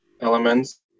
elements